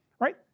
right